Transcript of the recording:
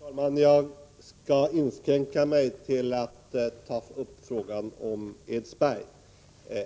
Herr talman! Jag skall inskränka nmiig till att ta upp frågan om Edsberg.